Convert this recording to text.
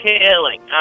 killing